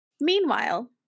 Meanwhile